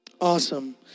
Awesome